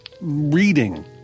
reading